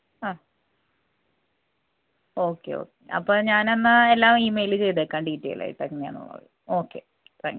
ആ okay okay അപ്പം ഞാനെന്നാൽ എല്ലാം ഇമെയില് ചെയ്തേക്കാം ഡീറ്റേയിലായിട്ട് എങ്ങനാന്നുള്ളത് ഓക്കെ താങ്ക് യൂ